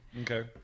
Okay